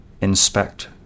inspect